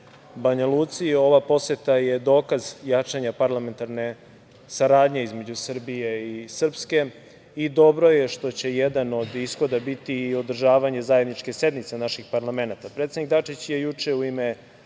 Banjaluci. Ova poseta je dokaz jačanja parlamentarne saradnje između Srbije i Srpske i dobro je što će jedan od ishoda biti i održavanje zajedničkih sednica naših parlamenata. Predsednik Dačić je juče u ime